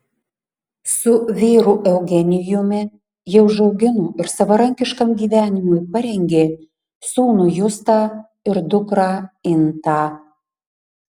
su vyru eugenijumi ji užaugino ir savarankiškam gyvenimui parengė sūnų justą ir dukrą intą